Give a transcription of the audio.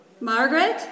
Margaret